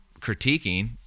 critiquing